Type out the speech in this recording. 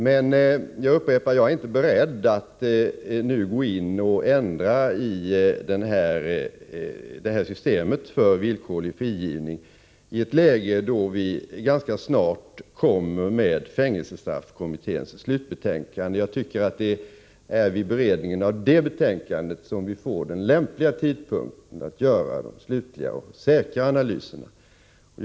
Men jag upprepar att jag inte är beredd att nu gå in och ändra i systemet för villkorlig frigivning i ett läge då vi ganska snart kommer att lägga fram fängelsestraffkommitténs slutbetänkande. Den lämpligaste tidpunkten att göra de slutliga säkra analyserna är, anser jag, vid beredningen av detta betänkande.